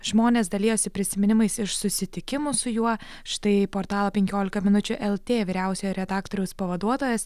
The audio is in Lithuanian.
žmonės dalijosi prisiminimais iš susitikimų su juo štai portalo penkiolika minučių lt vyriausiojo redaktoriaus pavaduotojas